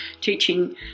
teaching